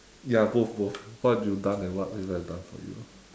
ya both both what have you done and what people have done for you